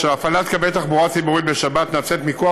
הפעלת קווי תחבורה ציבורית בשבת נעשית מכוח